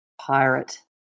pirate